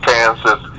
Kansas